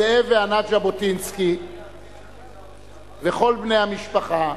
זאב וענת ז'בוטינסקי וכל בני המשפחה,